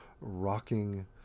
rocking